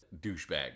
douchebag